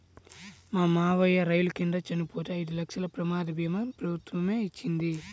మా మావయ్య రైలు కింద చనిపోతే ఐదు లక్షల ప్రమాద భీమా ప్రభుత్వమే ఇచ్చింది